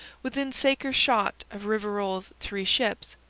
within saker shot of rivarol's three ships,